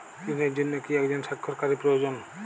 ঋণের জন্য কি একজন স্বাক্ষরকারী প্রয়োজন?